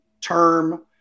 term